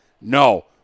No